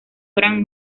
gran